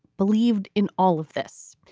believed in all of this.